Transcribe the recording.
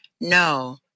no